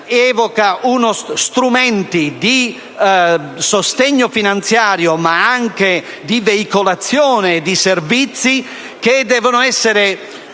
evoca strumenti di sostegno finanziario, ma anche di veicolazione di servizi, che devono essere